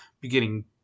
beginning